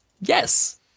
Yes